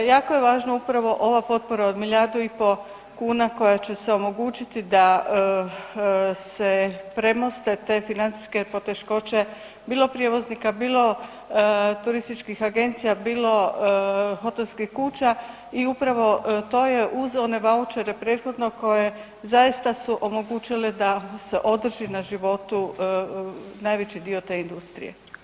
Jako je važno upravo ova potpora od milijardu i pol kuna koja će se omogućiti da se premoste te financijske poteškoće, bilo prijevoznika, bilo turističkih agencija, bilo hotelskih kuća i upravo to je uz one vaučere prethodno koje zaista su omogućile da se održi na životu najveći dio te industrije.